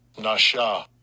Nasha